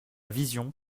vision